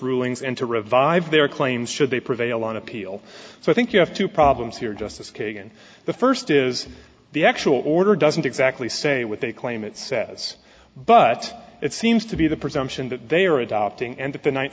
rulings and to revive their claims should they prevail on appeal so i think you have two problems here justice kagan the first is the actual order doesn't exactly so what they claim it says but it seems to be the presumption that they are adopting and